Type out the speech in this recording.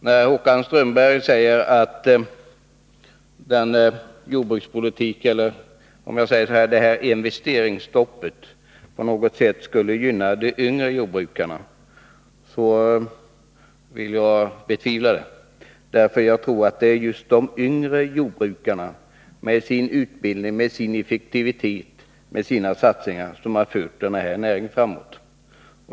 När Håkan Strömberg säger att investeringsstoppet på något sätt skulle gynna de yngre jordbrukarna betvivlar jag det. Jag tror att det är just de yngre jordbrukarna med sin utbildning, sin effektivitet och sina satsningar som fört näringen framåt.